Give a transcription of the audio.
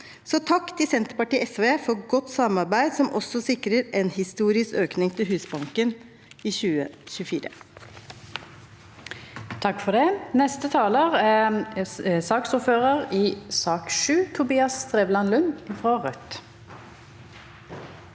takk til Senterpartiet og SV for et godt samarbeid, som også sikrer en historisk økning til Husbanken i 2024.